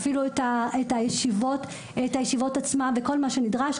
אפילו את הישיבות עצמן וכל מה שנדרש,